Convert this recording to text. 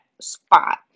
spot